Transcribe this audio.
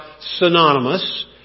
synonymous